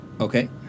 Okay